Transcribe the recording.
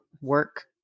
work